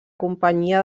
companyia